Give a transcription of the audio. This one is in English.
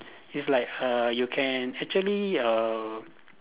it's like err you can actually err